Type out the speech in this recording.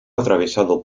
atravesado